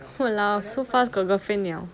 !walao! so fast got girl friend liao